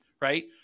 right